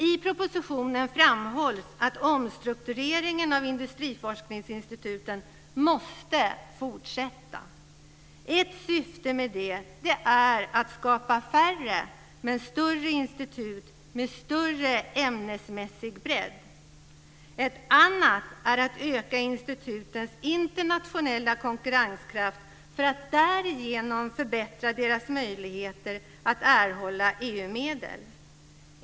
I propositionen framhålls att omstruktureringen av industriforskningsinstituten måste fortsätta. Ett syfte med det är att skapa färre men större institut med större ämnesmässig bredd. Ett annat är att öka institutens internationella konkurrenskraft för att därigenom förbättra deras möjligheter att erhålla EU-medel.